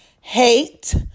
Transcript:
hate